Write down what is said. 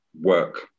work